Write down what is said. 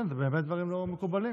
כן, אלו באמת דברים לא מקובלים.